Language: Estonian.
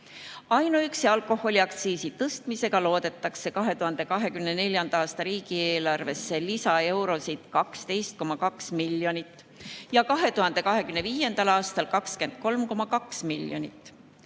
Ainuüksi alkoholiaktsiisi tõstmisega loodetakse 2024. aasta riigieelarvesse lisaeurosid 12,2 miljonit ja 2025. aastal 23,2 miljonit. Eks